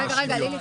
רגע, רגע, לילי.